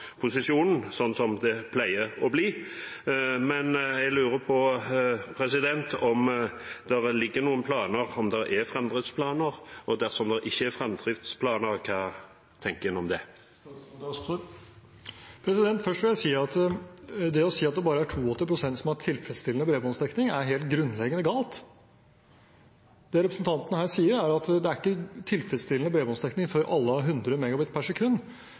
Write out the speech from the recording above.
pleier å bli. Jeg lurer på om det foreligger noen framdriftsplaner – og dersom det ikke er framdriftsplaner, hva tenker en om det? Først: Det å si at det bare er 82 pst. som har tilfredsstillende bredbåndsdekning, er helt grunnleggende galt. Det representanten her sier, er at det ikke er tilfredsstillende bredbåndsdekning før alle har 100 Mbit/s. Jeg vet ikke hva slags bruk representanten har hjemme hos seg selv, men jeg kan i